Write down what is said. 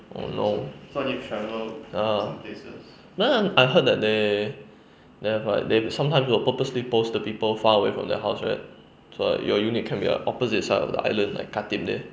oh no ya but then I heard that they they have like they sometime will purposely post the people far away from their house right so like your unit can be like opposite side of the island like khatib there